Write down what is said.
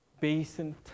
basin